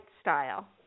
Style